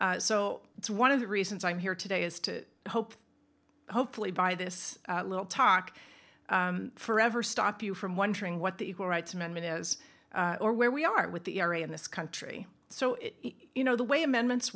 so it's one of the reasons i'm here today is to hope hopefully by this little talk forever stop you from wondering what the equal rights amendment is or where we are with the area in this country so you know the way a man mint